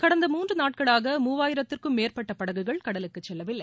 கடந்த மூன்று நாட்களாக மூாயிரத்திற்கும் மேற்பட்ட படகுகள் கடலுக்கு செல்லவில்லை